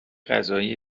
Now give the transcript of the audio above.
قضایی